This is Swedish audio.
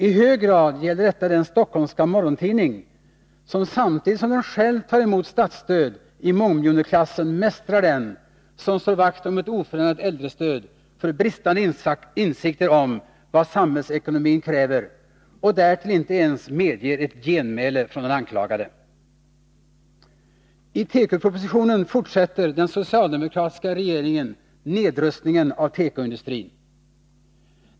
I hög grad gäller detta den stockholmska morgontidning som, samtidigt som den själv tar emot statsstöd i mångmiljonklassen, mästrar den som slår vakt om ett oförändrat äldrestöd för bristande insikter om vad samhällsekonomin kräver och därtill inte ens medger ett genmäle från den anklagade. I tekopropositionen fortsätter den socialdemokratiska regeringen nedrustningen av tekoindustrin.